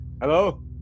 Hello